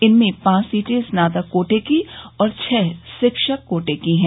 इनमें पांच सीटें स्नातक कोटे की और छह शिक्षक कोटे की हैं